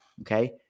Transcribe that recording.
okay